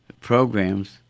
programs